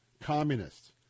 communists